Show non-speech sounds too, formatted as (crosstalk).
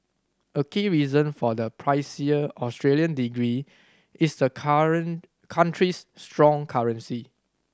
a key reason for the pricier Australian degree is the (unintelligible) ountry's strong currency